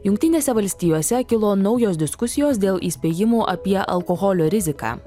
jungtinėse valstijose kilo naujos diskusijos dėl įspėjimų apie alkoholio riziką